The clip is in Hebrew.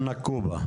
נקובא.